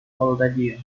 moldavia